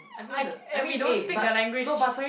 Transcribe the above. I and we don't speak their language